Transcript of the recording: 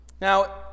Now